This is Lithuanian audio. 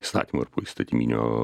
įstatymų ar poįstatyminių